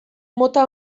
mota